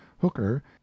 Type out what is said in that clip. hooker